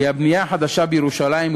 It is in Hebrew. כי הבנייה החדשה בירושלים,